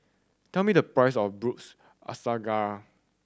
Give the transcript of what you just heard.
tell me the price of Braised Asparagus